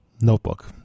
notebook